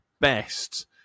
best